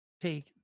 take